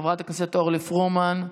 חברת הכנסת אורלי פרומן,